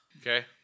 Okay